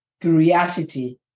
curiosity